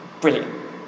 Brilliant